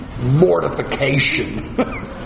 Mortification